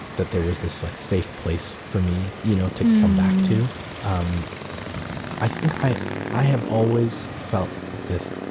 that there was this like safe place for me you know to come back to um i think i i have always felt this